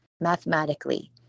Mathematically